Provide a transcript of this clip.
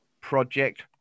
project